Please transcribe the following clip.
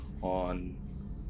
on